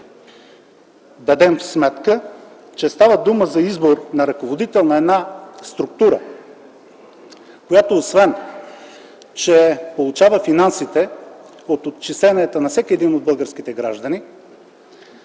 дадем сметка, че става дума за избор на ръководител на една структура, която освен, че получава финансите от отчисленията на всеки един от българските граждани,